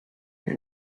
been